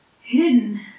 hidden